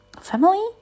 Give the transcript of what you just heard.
family